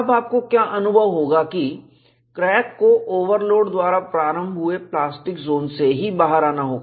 अब आपको क्या अनुभव होगा कि क्रैक को ओवरलोड द्वारा प्रारंभ हुए प्लास्टिक जोन से ही बाहर आना होगा